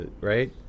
right